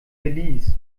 belize